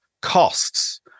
costs